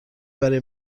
برای